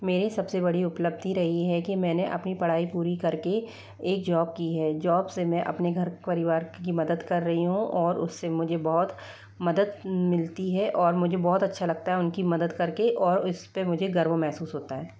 मेरे सबसे बड़ी उपलब्धी रही है कि मैंने अपनी पढ़ाई पूरी करके एक जॉब की है जॉब से मैं अपने घर परिवार की मदद कर रही हूँ और उससे मुझे बहुत मदद मिलती है और मुझे बहुत अच्छा लगता है उनकी मदत करके और इसपे मुझे गर्व महसूस होता है